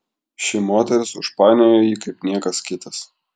ši moteris užpainiojo jį kaip niekas kitas